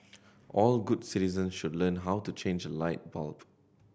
all good citizen should learn how to change a light bulb